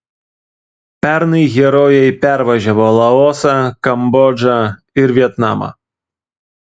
pernai herojai pervažiavo laosą kambodžą ir vietnamą